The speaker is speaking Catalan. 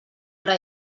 hora